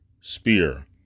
Spear